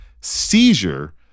seizure